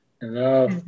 Hello